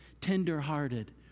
tenderhearted